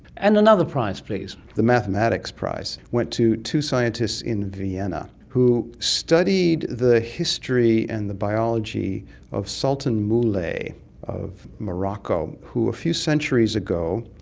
and another prize please? the mathematics prize went to two scientists in vienna who studied the history and the biology of sultan moulay of morocco who a few centuries ago,